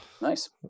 Nice